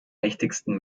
mächtigsten